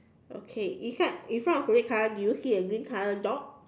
okay in front in front of the red color do you see a green color dog